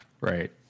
right